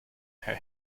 her